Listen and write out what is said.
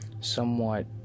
somewhat